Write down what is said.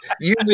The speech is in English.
usually